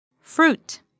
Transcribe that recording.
Fruit